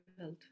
health